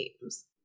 games